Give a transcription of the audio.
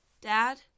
Dad